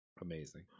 Amazing